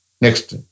Next